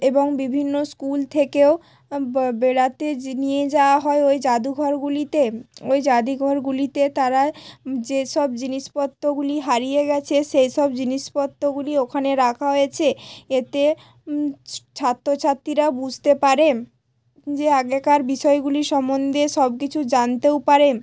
এবং বিভিন্ন স্কুল থেকেও বেড়াতে যে নিয়ে যাওয়া হয় ওই যাদুঘরগুলিতে ওই যাদুঘরগুলিতে তারা যে সব জিনিসপত্রগুলি হারিয়ে গিয়েছে সে সব জিনিসপত্রগুলি ওখানে রাখা হয়েছে এতে ছাত্রছাত্রীরা বুঝতে পারে যে আগেকার বিষয়গুলি সম্বন্ধে সব কিছু জানতেও পারেন